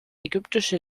ägyptische